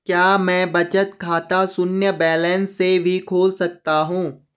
क्या मैं बचत खाता शून्य बैलेंस से भी खोल सकता हूँ?